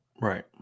right